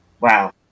Wow